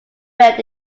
bet